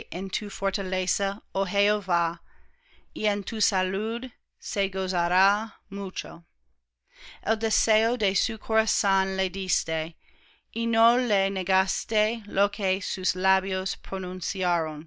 fortaleza oh jehová y en tu salud se gozará mucho el deseo de su corazón le diste y no le negaste lo que sus labios pronunciaron